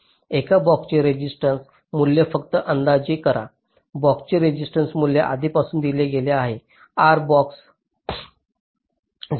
एका बॉक्सचे रेजिस्टन्स मूल्य फक्त अंदाजे करा बॉक्सचे रेजिस्टन्स मूल्य आधीपासून दिले गेले आहे आर बॉक्स 0